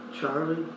Charlie